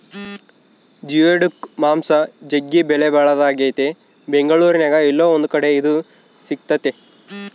geoduck ಮಾಂಸ ಜಗ್ಗಿ ಬೆಲೆಬಾಳದಾಗೆತೆ ಬೆಂಗಳೂರಿನ್ಯಾಗ ಏಲ್ಲೊ ಒಂದು ಕಡೆ ಇದು ಸಿಕ್ತತೆ